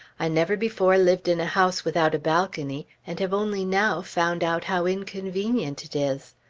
i never before lived in a house without a balcony, and have only now found out how inconvenient it is.